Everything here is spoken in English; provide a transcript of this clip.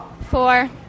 Four